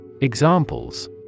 Examples